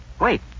Wait